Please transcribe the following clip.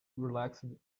relaxed